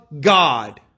God